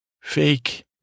fake